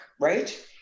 right